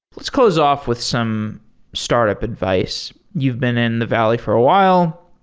let's close off with some startup advice. you've been in the valley for a while.